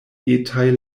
etaj